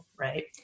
Right